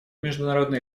международной